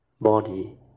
body